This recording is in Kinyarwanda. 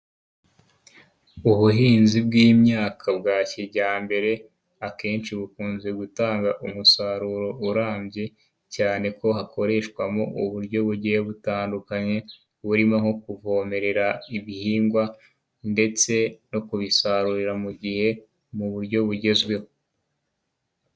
Ubuhinzi bw'imyaka bwa kijyambere, akenshi bukunze gutanga umusaruro urambye, cyane ko hakoreshwamo uburyo bugiye butandukanye, burimo nko kuvomerera ibihingwa ndetse no kubisarurira mu gihe mu buryo bugezweho.